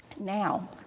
Now